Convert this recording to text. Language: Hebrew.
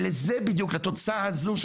לתוצאה הזו,